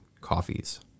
coffees